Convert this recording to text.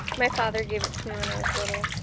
my father gave it to me when i was little.